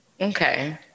Okay